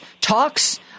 talks